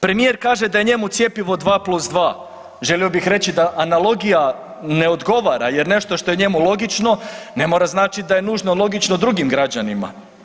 Premijer kaže da je njemu cjepivo 2+2, želio bih reći da analogija ne odgovara jer nešto što je njemu logično ne mora značit da je nužno logično drugim građanima.